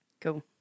Cool